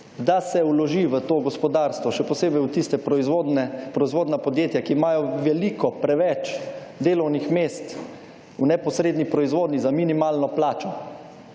da se vloži v to gospodarstvo. Še posebej v tiste proizvodnje, proizvodna podjetja, ki imajo veliko preveč delovnih mest v neposredni proizvodnji za minimalno plačo.